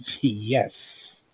Yes